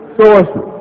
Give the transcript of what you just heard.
sources